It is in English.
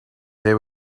they